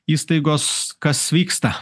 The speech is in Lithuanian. įstaigos kas vyksta